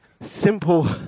simple